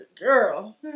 Girl